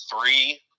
three